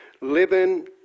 Living